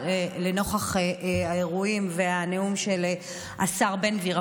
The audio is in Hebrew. נוכח האירועים והנאום של השר בן גביר.